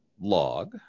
log